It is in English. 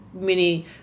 mini